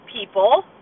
people